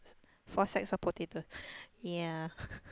four sacks of potatoes ya